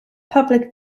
public